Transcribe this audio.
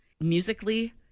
musically